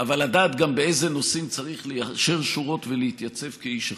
אבל לדעת גם באיזה נושאים צריך ליישר שורות ולהתייצב כאיש אחד.